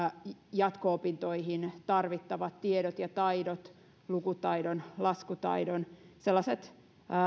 jatko opintoihin tarvittavat tiedot ja taidot lukutaidon laskutaidon sellaiset